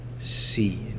see